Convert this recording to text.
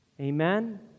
Amen